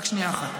רק שנייה אחת.